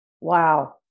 wow